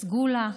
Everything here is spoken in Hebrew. בסגולה,